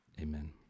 amen